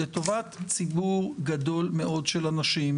לטובת ציבור גדול מאוד של אנשים,